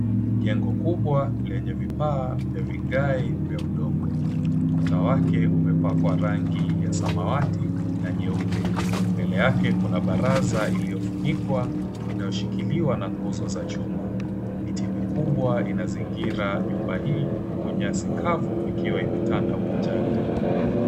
Jengo kubwa lenye vipaaa 𝑣𝑦a vigae vya udongo, ukuta wake umepakwa rangi ya samawati na nyeupe. Mbele yake kuna 𝑏araza iliyofunikwa inayoshikiliwa na nguzo za chuma. Miti mikubwa inazingira nyumba hii huku nyasi kavu ikiwa imetanda uwanjani.